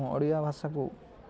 ମୁଁ ଓଡ଼ିଆ ଭାଷାକୁ